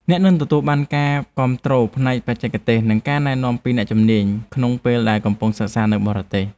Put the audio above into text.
អ្នកនឹងទទួលបានការគាំទ្រផ្នែកបច្ចេកទេសនិងការណែនាំពីអ្នកជំនាញក្នុងពេលដែលកំពុងសិក្សានៅបរទេស។